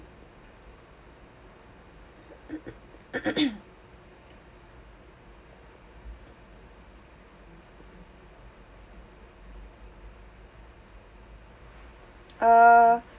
uh